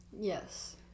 yes